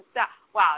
Wow